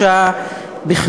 בבקשה.